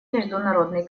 международный